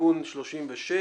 (תיקון מס' 36)